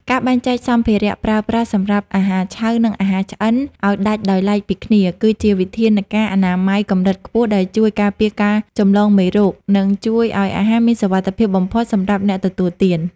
ការបែងចែកសម្ភារៈប្រើប្រាស់សម្រាប់អាហារឆៅ និងអាហារឆ្អិនឱ្យដាច់ដោយឡែកពីគ្នា គឺជាវិធានការអនាម័យកម្រិតខ្ពស់ដែលជួយការពារការចម្លងមេរោគ និងជួយឱ្យអាហារមានសុវត្ថិភាពបំផុតសម្រាប់អ្នកទទួលទាន។